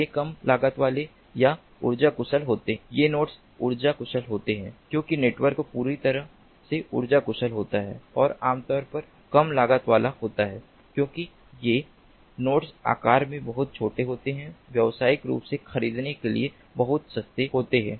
ये कम लागत वाले या ऊर्जा कुशल होते हैं ये नोड्स ऊर्जा कुशल होते हैं क्योंकि नेटवर्क पूरी तरह से ऊर्जा कुशल होता है और आमतौर पर कम लागत वाला होता है क्योंकि ये नोड्स आकार में बहुत छोटे होते हैं व्यावसायिक रूप से खरीदने के लिए बहुत सस्ते होते हैं